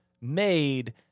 made